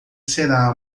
será